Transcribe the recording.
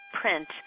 print